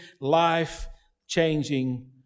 life-changing